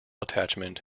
attachment